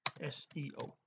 s-e-o